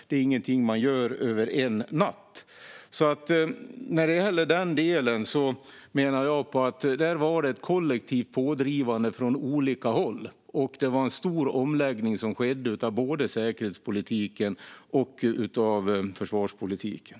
Det är ingenting som man gör över en natt. När det gäller denna del menar jag att det var ett kollektivt pådrivande från olika håll, och det var en stor omläggning som skedde av både säkerhetspolitiken och försvarspolitiken.